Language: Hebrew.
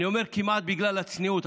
אני אומר "כמעט" בגלל הצניעות,